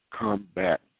combat